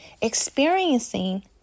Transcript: experiencing